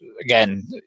again